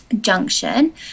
junction